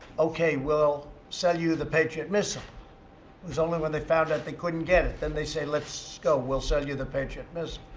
okay, we'll sell you the patriot missile. it was only when they found out they couldn't get it, then, they say, let's go, we'll sell you the patriot missile.